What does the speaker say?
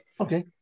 Okay